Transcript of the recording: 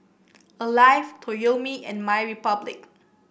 Alive Toyomi and MyRepublic